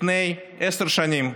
לפני עשר שנים,